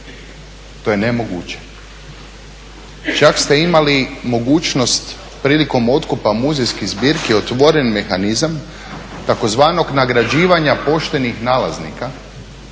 to je nemoguće. Čak ste imali mogućnost prilikom otkupa muzejskih zbirki otvoren mehanizam tzv. nagrađivanja poštenih nalaznika